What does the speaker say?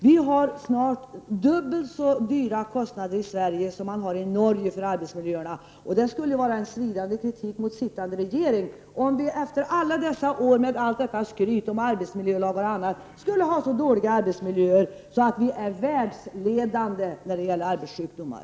Vi har snart dubbelt så höga kostnader i Sverige som man har i Norge för arbetsmiljöerna. Det skulle vara en svidande kritik emot den sittande regeringen om vi efter alla dessa år med allt detta skryt om arbetsmiljölagar och annat skulle ha så dåliga arbetsmiljöer att vi är världsledande när det gäller arbetssjukdomar.